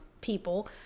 people